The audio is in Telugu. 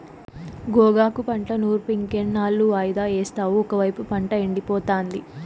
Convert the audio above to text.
గోగాకు పంట నూర్పులింకెన్నాళ్ళు వాయిదా యేస్తావు ఒకైపు పంట ఎండిపోతాంది